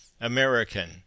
American